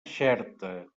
xerta